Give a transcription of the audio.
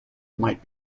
might